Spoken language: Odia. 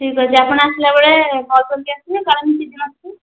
ଠିକ୍ ଅଛି ଆପଣ ଆସିଲା ବେଳେ କଲ୍ କରିକି ଆସିବେ କାଳେ ମୁଁ ସେଠି ନଥିବି